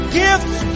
gifts